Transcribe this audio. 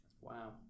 wow